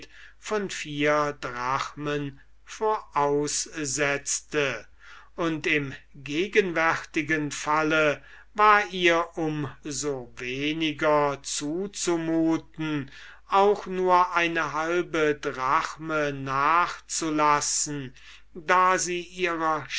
von vier drachmen voraussetzte und in gegenwärtigem falle war ihr um so weniger zuzumuten auch nur eine halbe drachme nachzulassen da sie ihrer